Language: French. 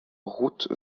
route